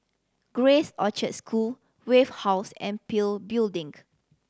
Grace Orchard School Wave House and PIL Building